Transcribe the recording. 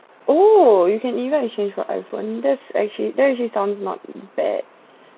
oh you can even exchange for iPhone that's actually that is actually sounds not bad